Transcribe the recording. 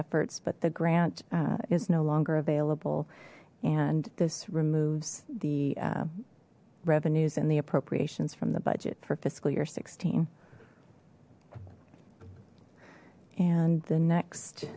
efforts but the grant is no longer available and this removes the revenues and the appropriations from the budget for fiscal year sixteen and the next